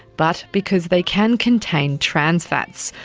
but because they can contain trans fats,